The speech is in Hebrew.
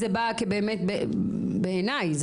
בעיניי,